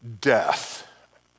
death